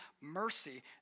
mercy